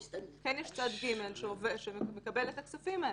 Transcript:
כן יש צד ג' שמקבל את הכספים האלה.